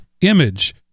image